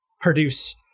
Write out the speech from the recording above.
produce